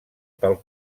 pel